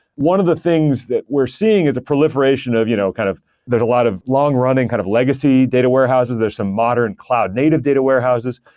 one of the things that we're seeing is a proliferation of you know kind of there's a lot of long-running kind of legacy data warehouses. there're some modern cloud native data warehouses.